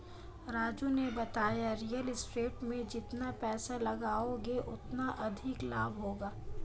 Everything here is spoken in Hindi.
राजू ने बताया रियल स्टेट में जितना पैसे लगाओगे उतना अधिक लाभ होगा